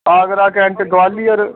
Agra cantt Gwalior